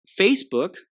Facebook